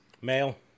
male